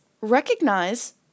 recognize